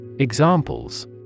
Examples